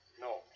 No